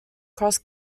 cross